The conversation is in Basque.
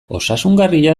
osasungarria